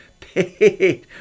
paid